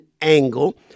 angle